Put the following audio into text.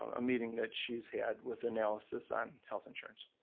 a meeting that she's had with analysis on health insurance.